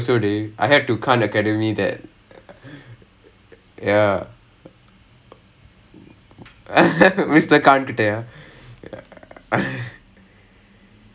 it uh uh ya exactly அவர்கூட தான் பேசிட்டு இருந்தேன் ஒரு அரை மணிநேரத்துக்கு முன்னாடி:avarkudae thaan pesittu irunthen oru arai maninerathukku munnaadi because I was busy doing ya mister khan கூட:kuda because I was busy during the assignment in